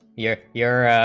year you're